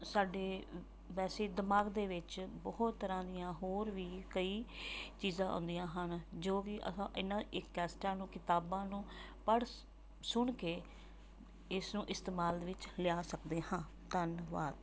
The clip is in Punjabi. ਸਾਡੇ ਵੈਸੇ ਦਿਮਾਗ ਦੇ ਵਿੱਚ ਬਹੁਤ ਤਰ੍ਹਾਂ ਦੀਆਂ ਹੋਰ ਵੀ ਕਈ ਚੀਜ਼ਾਂ ਹੁੰਦੀਆਂ ਹਨ ਜੋ ਕਿ ਆਹਾ ਇਹਨਾਂ ਇਹ ਕੈਸਟਾਂ ਨੂੰ ਕਿਤਾਬਾਂ ਨੂੰ ਪੜ੍ਹ ਸੁਣ ਕੇ ਇਸ ਨੂੰ ਇਸਤੇਮਾਲ ਦੇ ਵਿੱਚ ਲਿਆ ਸਕਦੇ ਹਾਂ ਧੰਨਵਾਦ